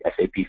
SAP